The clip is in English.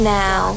now